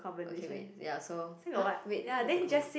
okay wait ya so !huh! wait that was the conversation